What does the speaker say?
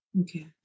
Okay